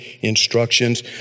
instructions